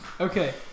Okay